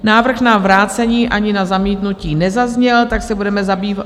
Návrh na vrácení ani na zamítnutí nezazněl, tak se budeme zabývat....